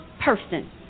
person